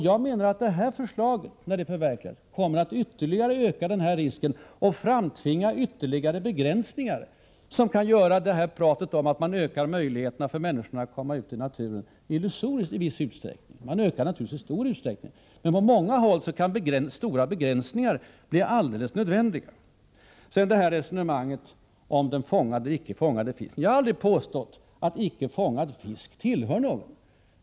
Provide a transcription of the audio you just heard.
Jag menar att när det här förslaget förverkligas kommer det att ytterligare öka denna risk och framtvinga ytterligare begränsningar, som kan göra talet om att man ökar möjligheterna för människorna att komma ut i naturen illusoriskt i viss utsträckning. Man ökar möjligheterna i stort, men på många håll kan stora begränsningar bli helt nödvändiga. Sedan vill jag återkomma till resonemanget om den fångade och den icke fångade fisken. Jag har aldrig påstått att icke fångad fisk tillhör någon.